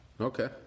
Okay